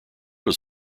was